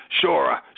Sure